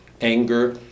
anger